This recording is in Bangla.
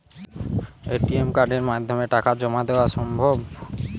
এ.টি.এম কার্ডের মাধ্যমে টাকা জমা দেওয়া সম্ভব?